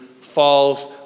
falls